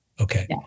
Okay